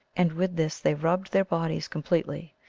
and with this they rubbed their bodies completely.